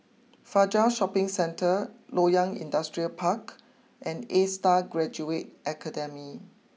Fajar Shopping Centre Loyang Industrial Park and A Star Graduate Academy